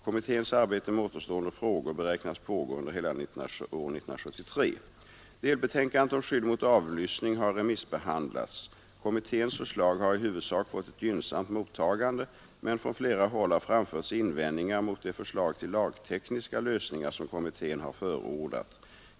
Kommitténs arbete med återstående frågor beräknas pågå under hela år 1973. Delbetänkandet om skydd mot avlyssning har remissbehandlats. Kommitténs förslag har i huvudsak fått ett gynnsamt mottagande, men från flera håll har framförts invändningar mot de förslag till lagtekniska lösningar som kommittén har förordat.